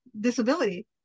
disability